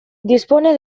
dispone